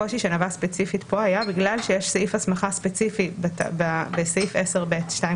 הקושי שנבע ספציפית פה היה בגלל שיש סעיף הסמכה ספציפי בסעיף 10(ב)(2),